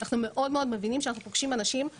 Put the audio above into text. אנחנו מאוד מאוד מבינים שאנחנו פוגשים אנשים